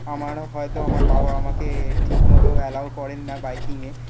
আমার হয়তো আমার বাবা আমাকে ঠিকমতো অ্যালাও করেন না বাইকিংয়ে